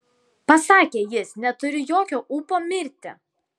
pasakė jis neturiu jokio ūpo mirti